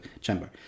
chamber